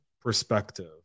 perspective